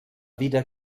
wieder